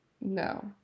No